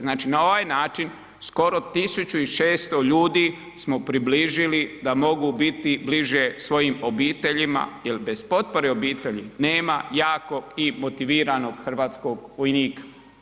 Znači na ovaj način skoro 1600 ljudi smo približili da mogu biti bliže svojim obiteljima jer bez potpore obitelji nema jakog i motiviranog hrvatskog vojnika.